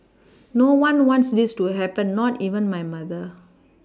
no one wants this to happen not even my mother